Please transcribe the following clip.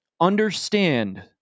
understand